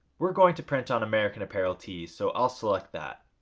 we're going to print on american apparel tees, so i'll select that.